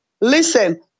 listen